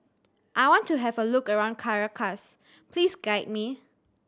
I want to have a look around Caracas please guide me